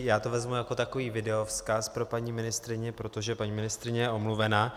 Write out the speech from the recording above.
Já to vezmu jako takový videovzkaz pro paní ministryni, protože paní ministryně je omluvena.